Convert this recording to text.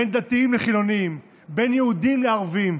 בין דתיים לחילונים, בין יהודים לערבים.